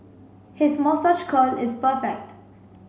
his moustache curl is perfect